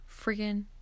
freaking